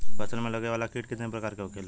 फसल में लगे वाला कीट कितने प्रकार के होखेला?